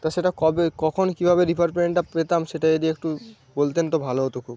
তো সেটা কবে কখন কীভাবে রিফান্ড পেমেন্টটা পেতাম সেটা যদি একটু বলতেন তো ভালো হত খুব